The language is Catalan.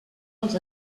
els